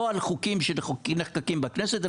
לא על חוקים שנחקקים בכנסת,